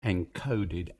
encoded